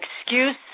excuse